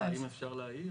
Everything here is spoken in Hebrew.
אם אפשר להעיר,